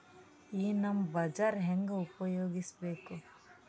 ಈ ನಮ್ ಬಜಾರ ಹೆಂಗ ಉಪಯೋಗಿಸಬೇಕು?